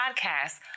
podcast